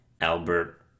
Albert